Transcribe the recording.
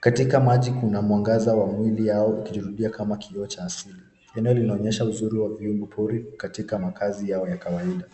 Katika maji kuna mwangaza wa mwili yao ikijirudia kama kioo cha asili. Eneo linaonyesha uzuri wa viumbe pori katika makazi yao ya kawaida.